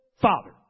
Father